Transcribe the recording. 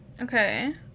Okay